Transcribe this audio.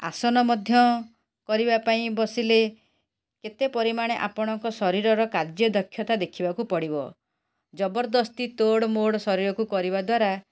ଆସନ ମଧ୍ୟ କରିବା ପାଇଁ ବସିଲେ କେତେ ପରିମାଣେ ଆପଣଙ୍କ ଶରୀରର କାର୍ଯ୍ୟଦକ୍ଷତାକୁ ଦେଖିବାକୁ ପଡ଼ିବ ଜବରଦସ୍ତୀ ତୋଡ଼ମୋଡ଼ ଶରୀରକୁ କରିବା ଦ୍ଵାରା